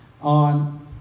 on